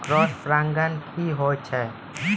Cross परागण की होय छै?